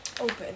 Open